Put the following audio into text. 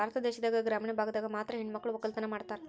ಭಾರತ ದೇಶದಾಗ ಗ್ರಾಮೀಣ ಭಾಗದಾಗ ಮಾತ್ರ ಹೆಣಮಕ್ಳು ವಕ್ಕಲತನ ಮಾಡ್ತಾರ